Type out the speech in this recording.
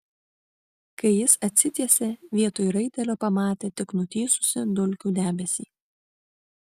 kai jis atsitiesė vietoj raitelio pamatė tik nutįsusį dulkių debesį